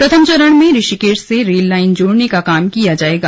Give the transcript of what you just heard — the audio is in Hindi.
प्रथम चरण में ऋषिकेश से रेल लाइन जोड़ने का काम किया जाएगा